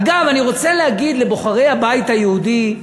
אגב, אני רוצה להגיד לבוחרי הבית היהודי,